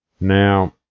Now